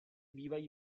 bývají